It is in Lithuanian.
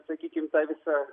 sakykim tą visą